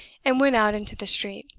and went out into the street.